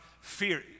fear